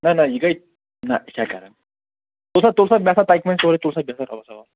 نہَ نہَ یہِ گٔے نہَ یہِ چھا کران تُل سا تُل مےٚ سا تگہِ وۄنۍ سورُے بیٚہہ سا رۅبس حوال